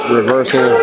reversal